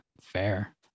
fair